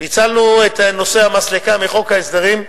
פיצלנו את נושא המסלקה מחוק ההסדרים,